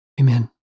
Amen